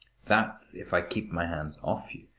that's if i keep my hands off you.